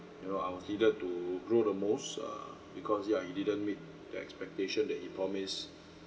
you know I was needed to grow the most err because ya he didn't meet that expectation that he promise